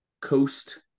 coast